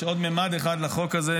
יש עוד ממד אחד לחוק הזה,